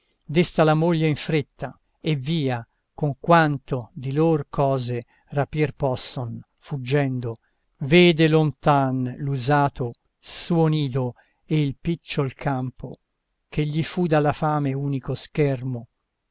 desta la moglie in fretta e via con quanto di lor cose rapir posson fuggendo vede lontan l'usato suo nido e il picciol campo che gli fu dalla fame unico schermo